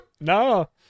No